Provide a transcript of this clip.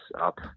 up